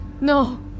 No